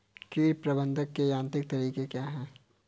कीट प्रबंधक के यांत्रिक तरीके क्या हैं?